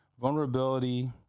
vulnerability